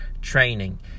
training